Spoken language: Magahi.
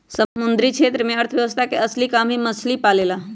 समुद्री क्षेत्र में अर्थव्यवस्था के असली काम हई मछली पालेला